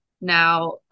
now